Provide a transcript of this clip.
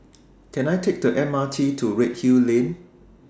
Can I Take The M R T to Redhill Lane